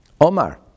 Omar